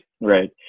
right